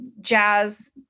jazz